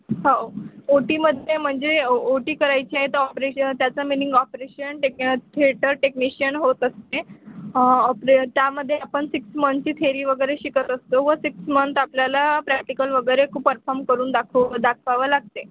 हो ओ टीमध्ये म्हणजे ओ टी करायची आहे तर ऑपरेशन त्याचं meaning operation tech theatre technician होत असते ऑ ऑपरे त्यामध्ये आपण सिक्स मंथची थेरी वगैरे शिकत असतो व सिक्स मंथ आपल्याला प्रॅक्टिकल वगैरे खूप परफॉर्म करून दाखव दाखवावं लागते